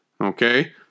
Okay